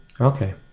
Okay